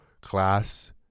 class